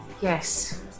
Yes